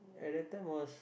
at that time was